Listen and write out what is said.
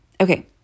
Okay